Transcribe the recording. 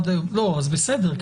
אז בסדר,